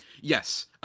yes